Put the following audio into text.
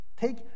Take